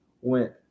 went